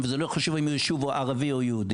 וזה לא חשוב אם זה יישוב ערבי או יהודי,